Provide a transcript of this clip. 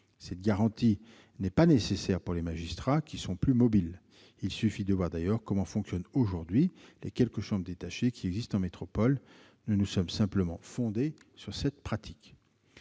Cette garantie n'est pas nécessaire pour les magistrats, qui sont plus mobiles. D'ailleurs, il suffit de voir comment fonctionnent aujourd'hui les quelques chambres détachées qui existent en métropole. Nous nous sommes simplement fondés sur cette pratique.